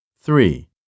Three